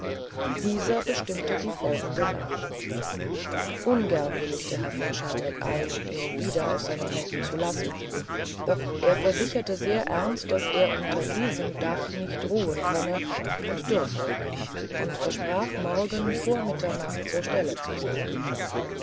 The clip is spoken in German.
dieser bestimmte die folgende nacht ungern willigte herr von scharneck ein ihn wieder aus seinen händen zu lassen doch er versicherte sehr ernst daß er unter diesem dache nicht ruhen könne und dürfe und versprach morgen vor mitternacht zur stelle zu sein